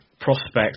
prospect